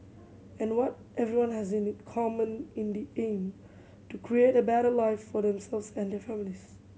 and what everyone has in common in the aim to create a better life for themselves and their families